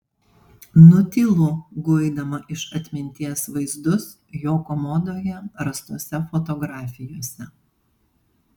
nutylu guidama iš atminties vaizdus jo komodoje rastose fotografijose